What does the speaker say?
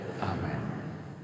Amen